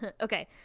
okay